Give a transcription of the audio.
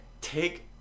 take